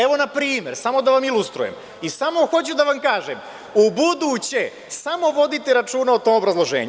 Evo, na primer, samo da vam ilustrujem, i samo hoću da vam kažem, ubuduće samo vodite računa o tom obrazloženju.